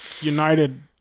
United